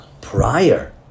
prior